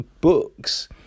books